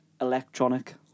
electronic